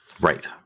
right